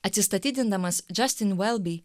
atsistatydindamas džestin velbi